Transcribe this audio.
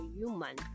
human